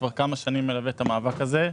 כבר כמה שנים מלווה את המאבק הזה.